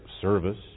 service